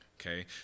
okay